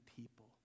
people